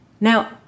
Now